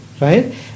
right